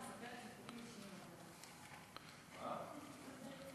אני מספרת סיפורים אישיים ואתה לא הקשבת.